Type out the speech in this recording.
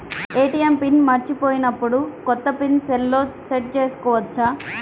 ATM PIN మరచిపోయినప్పుడు, కొత్త PIN సెల్లో సెట్ చేసుకోవచ్చా?